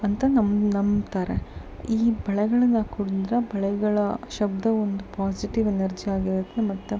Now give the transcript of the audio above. ಅಂತ ನಂಬ ನಂಬ್ತಾರೆ ಈ ಬಳೆಗಳನ್ನು ಹಾಕೋದ್ರಿಂದ ಬಳೆಗಳ ಶಬ್ಧ ಒಂದು ಪಾಸಿಟಿವ್ ಎನರ್ಜಿ ಆಗಿರುತ್ತೆ ಮತ್ತು